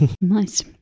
Nice